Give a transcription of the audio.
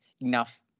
enough